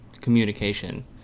communication